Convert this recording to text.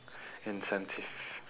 incentive